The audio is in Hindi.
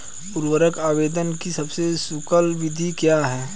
उर्वरक आवेदन की सबसे कुशल विधि क्या है?